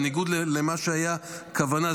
בניגוד למה שהייתה הכוונה,